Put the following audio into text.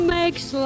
makes